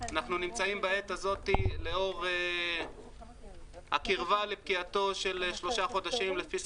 אנחנו נמצאות בעת הזו לאור הקרבה למועד פקיעת שלושה חודשים לפי